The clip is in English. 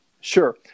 Sure